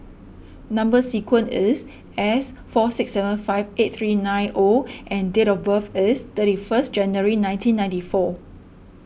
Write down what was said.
Number Sequence is S four six seven five eight three nine O and date of birth is thirty first January nineteen ninety four